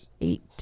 eight